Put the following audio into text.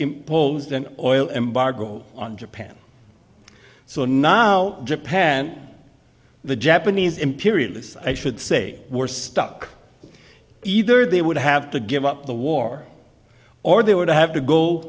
imposed an oil embargo on japan so now japan the japanese imperialists i should say were stuck either they would have to give up the war or they would have to go